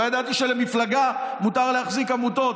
לא ידעתי שלמפלגה מותר להחזיק עמותות.